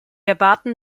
erwarten